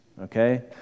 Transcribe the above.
okay